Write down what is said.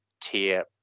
tier